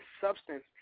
substance